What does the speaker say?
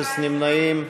אפס נמנעים.